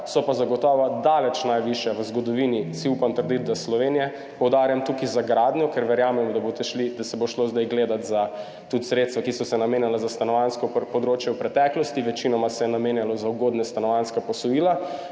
so pa zagotovo daleč najvišja v zgodovini Slovenije, si upam trditi, tukaj poudarjam za gradnjo, ker verjamem, da se bo šlo zdaj gledat tudi sredstev, ki so se namenjala za stanovanjsko področje v preteklosti, večinoma se je namenjalo za ugodna stanovanjska posojila,